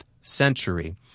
century